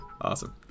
Awesome